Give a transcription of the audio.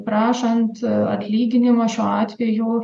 prašant atlyginimo šiuo atveju